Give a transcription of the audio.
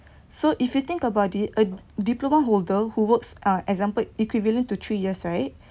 so if you think about it a diploma holder who works uh example equivalent to three years right